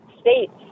states